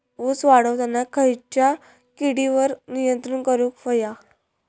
ऊस वाढताना खयच्या किडींवर नियंत्रण करुक व्हया?